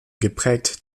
geprägt